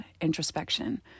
introspection